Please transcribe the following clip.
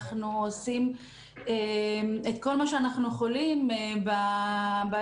אנחנו עושים כל מה שאנחנו יכולים בעת